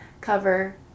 cover